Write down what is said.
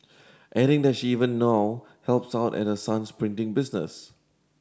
adding that she even now helps out at her son's printing business